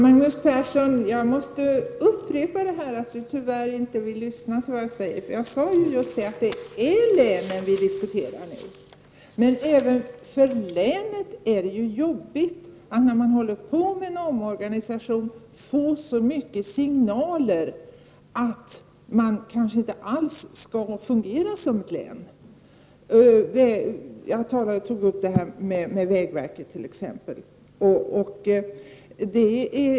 Fru talman! Jag måste upprepa att Magnus Persson tyvärr inte vill lyssna till det jag säger. Jag sade just att det är länen vi diskuterar nu. Men även för länet är det jobbigt att, när man håller på med en omorganisation, få så många signaler om att man kanske inte alls skall fungera som ett län. Jag tog vägverket som exempel.